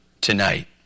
tonight